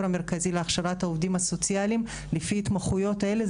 המרכזי להכשרת העובדים הסוציאליים לפי ההתמחויות האלה.